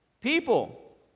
people